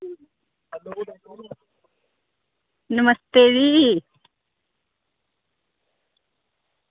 नमस्ते जी